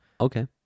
Okay